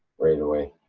right away?